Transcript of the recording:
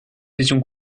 étions